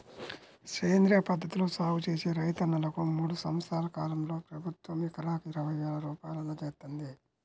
సేంద్రియ పద్ధతిలో సాగు చేసే రైతన్నలకు మూడు సంవత్సరాల కాలంలో ప్రభుత్వం ఎకరాకు ఇరవై వేల రూపాయలు అందజేత్తంది